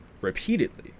repeatedly